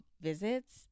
visits